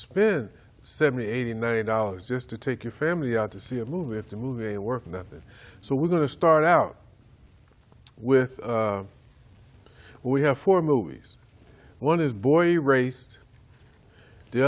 spent seventy eighty ninety dollars just to take your family out to see a movie after movie and worth nothing so we're going to start out with we have four movies one is boy a racist the